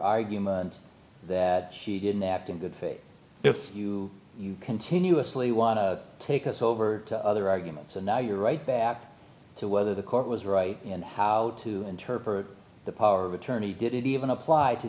argument that he didn't act in good faith if you continuously want to take us over to other arguments and now you're right back to whether the court was right and how to interpret the power of attorney didn't even apply to